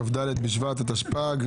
כ"ד בשבט התשפ"ג,